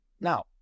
Now